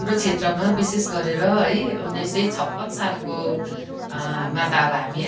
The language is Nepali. हाम्रो क्षेत्रमा विशेष गरेर है उन्नाइस सय छप्पन्न सालको मा त अब हामी